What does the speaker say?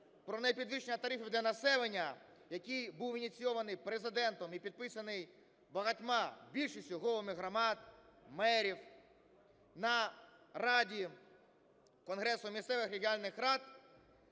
про непідвищення тарифів для населення, який був ініційований Президентом і підписаний багатьма, більшістю головами громад, мерів на Раді конгресу місцевих регіональних рад,